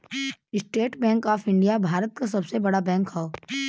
estate Bank of India Bharat क सबसे बड़ा बैंक हौ